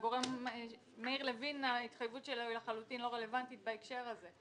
ההתחייבות של מאיר לוין היא לחלוטין לא רלוונטית בהקשר הזה.